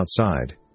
outside